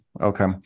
Okay